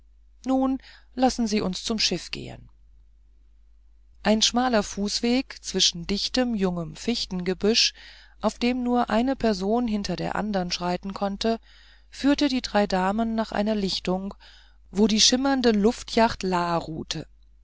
nun lassen sie uns zum schiff gehen ein schmaler fußweg zwischen dichtem jungem fichtengebüsch auf dem nur eine person hinter der andern schreiten konnte führte die drei damen nach einer lichtung wo die schimmernde luftyacht la